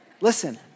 Listen